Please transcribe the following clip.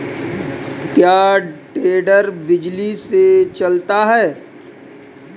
क्या टेडर बिजली से चलता है?